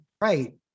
Right